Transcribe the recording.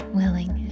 willing